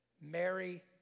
Mary